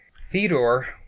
Theodore